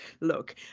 Look